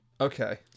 Okay